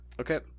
Okay